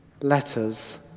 letters